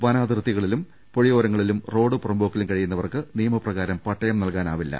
വനാതിർത്തികളിലും പുഴയോരങ്ങളിലും റോഡ് പുറംപോക്കിലും കഴിയുന്നവർക്ക് നിയമപ്രകാരം പട്ടയം നൽകാനാവില്ല